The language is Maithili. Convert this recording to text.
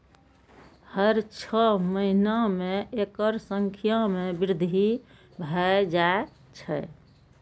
हर छह महीना मे एकर संख्या मे वृद्धि भए जाए छै